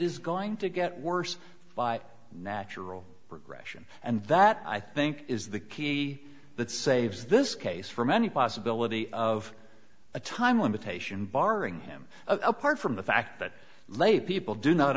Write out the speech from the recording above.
is going to get worse by natural progression and that i think is the key that saves this case from any possibility of a time limitation barring him apart from the fact that laypeople do not